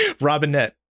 Robinette